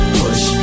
push